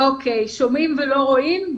שומעים ולא רואים.